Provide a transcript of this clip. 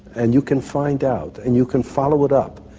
and you can find out, and you can follow it up,